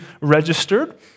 registered